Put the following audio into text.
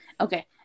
okay